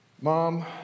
Mom